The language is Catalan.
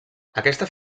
aquesta